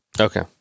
Okay